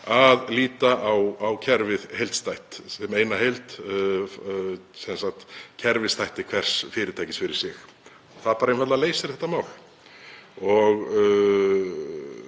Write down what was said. að líta á kerfið heildstætt, sem eina heild, sem sagt kerfisþætti hvers fyrirtækis fyrir sig. Það einfaldlega leysir þetta mál.